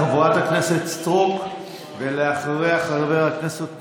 חברת הכנסת סטרוק, ואחריה, חבר הכנסת בוסו.